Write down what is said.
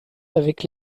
avec